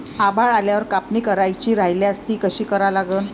आभाळ आल्यावर कापनी करायची राह्यल्यास ती कशी करा लागन?